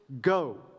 go